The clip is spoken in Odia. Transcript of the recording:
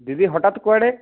ଦିଦି ହଠାତ୍ କୁଆଡ଼େ